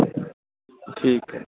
ठीक